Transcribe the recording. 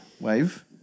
Wave